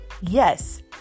yes